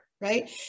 right